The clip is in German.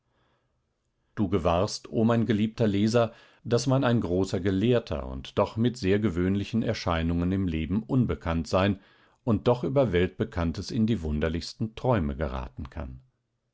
du gewahrst o mein geliebter leser daß man ein großer gelehrter und doch mit sehr gewöhnlichen erscheinungen im leben unbekannt sein und doch über weltbekanntes in die wunderlichsten träume geraten kann